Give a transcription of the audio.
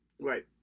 Right